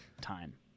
time